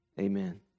amen